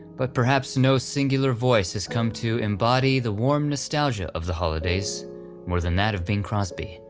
but perhaps no singular voice has come to embody the warm nostalgia of the holidays more than that of bing crosby,